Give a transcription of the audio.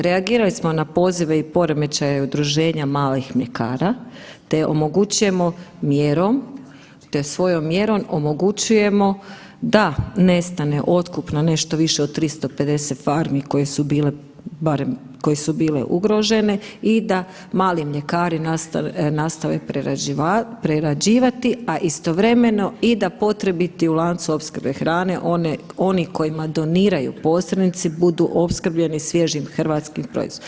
Reagirali smo na pozive i poremećaje malih mljekara te omogućujemo mjerom te svojom mjerom omogućujemo da nestane otkup na nešto više od 350 farmi koje su bile ugrožene i da mali mljekari nastavi prerađivati, a istovremeno i da potrebiti u lancu opskrbe hrane, oni kojima doniraju posrednici budu opskrbljeni svježim hrvatskim proizvodom.